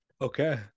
Okay